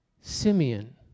Simeon